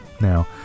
Now